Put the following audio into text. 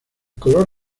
color